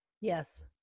Yes